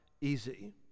easy